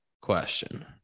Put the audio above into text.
question